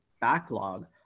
backlog